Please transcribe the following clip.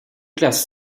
classe